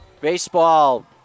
baseball